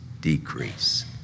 decrease